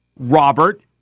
Robert